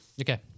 Okay